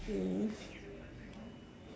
um